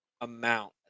amount